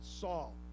Saul